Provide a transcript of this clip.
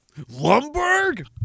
Lumberg